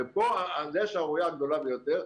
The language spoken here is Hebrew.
וזו השערורייה הגדולה ביותר,